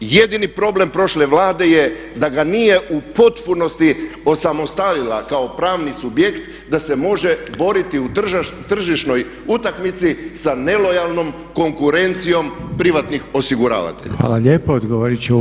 Jedini problem prošle Vlade je da ga nije u potpunosti osamostalila kao pravni subjekt da se može boriti u tržišnoj utakmici sa nelojalnom konkurencijom privatnih osiguravatelja.